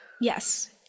Yes